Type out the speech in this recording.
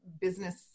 business